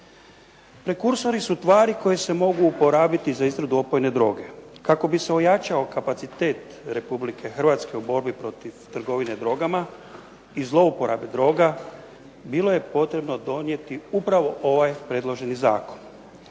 Prekursori su tvari koje se mogu uporabiti za izradu opojne droge. Kako bi se ojačao kapacitet Republike Hrvatske u borbi protiv trgovine drogama i zlouporabe droga bilo je potrebno donijeti upravo ovaj predloženi zakon.